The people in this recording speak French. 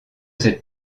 cette